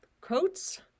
Coats